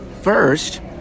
first